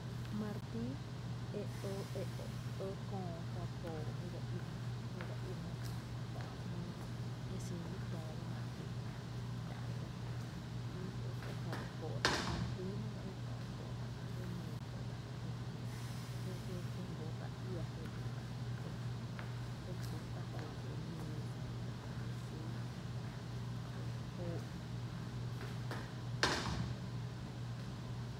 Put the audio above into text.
Martíi e ɇ ¨ e ɇ köö too je dse i, je dse i my my my je xin ñí töó ba martíi, la nɇ re lɇ martíi jö e kóó’ tá’ kiä’ ñí töó kóta’ kää jenuu, kóó’ tá’ je je bóta’ iá’ je bótá’ jy dsóo’ ‘mo je kú’n tá’ jy meesa, je kú’n´ta’ jy sýy je kú’n tá’ jy óó’ je ta ékié’ e xin martíi.